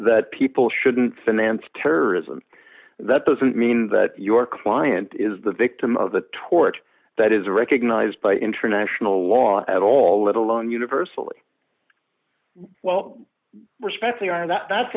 that people shouldn't finance terrorism that doesn't mean that your client is the victim of a tort that is recognized by international law at all let alone universally well